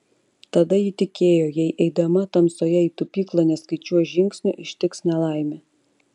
tada ji tikėjo jei eidama tamsoje į tupyklą neskaičiuos žingsnių ištiks nelaimė